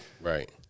Right